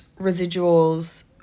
residuals